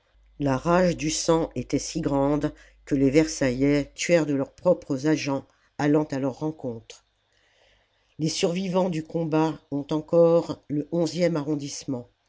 la rage du sang était si grande que les versaillais tuèrent de leurs propres agents allant à leur rencontre la commune les survivants du combat ont encore le xie arrondissement